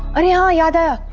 any ah yeah other